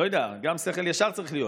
אני לא יודע, גם שכל ישר צריך להיות.